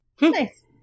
Nice